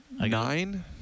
nine